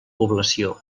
població